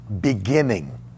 beginning